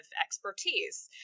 expertise